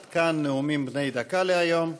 עד כאן נאומים בני דקה להיום.